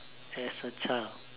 as a child